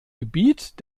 gebiet